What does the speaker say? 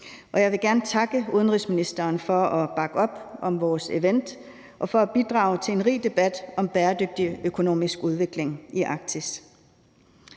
Jeg vil gerne takke udenrigsministeren for at bakke op om vores event og for at bidrage til en rig debat om bæredygtig økonomisk udvikling i Arktis.